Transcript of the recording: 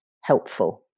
helpful